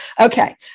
Okay